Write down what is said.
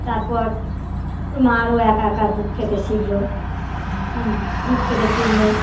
তারপর মারও একা একা দুধ খেতে শিখলো হ্যাঁ দুধ খেতে শিখল